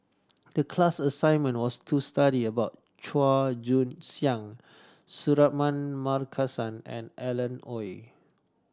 the class assignment was to study about Chua Joon Siang Suratman Markasan and Alan Oei